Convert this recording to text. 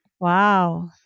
Wow